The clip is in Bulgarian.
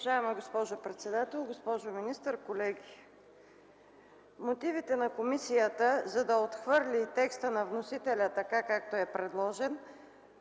Уважаема госпожо председател, госпожо министър, колеги! Мотивите на комисията, за да отхвърли текста на вносителя така, както е предложен,